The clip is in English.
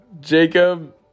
Jacob